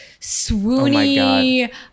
swoony